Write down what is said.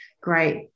great